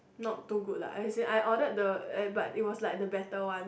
not too good lah as in I ordered the eh but it was like the better ones